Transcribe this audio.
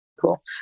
cool